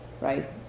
right